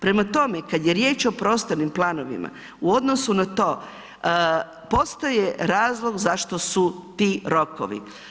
Prema tome, kad je riječ o prostornim planovima, u odnosu na to postaje razlog zašto su ti rokovi.